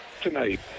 tonight